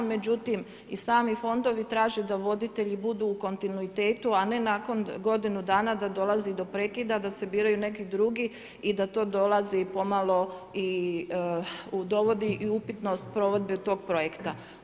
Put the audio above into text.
Međutim i sami fondovi traže da voditelji budu u kontinuitetu, a ne nakon godinu dana da dolazi do prekida, da se biraju neki drugi i da to dolazi pomalo, dovodi i upitnost provedbe tog projekta.